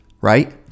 right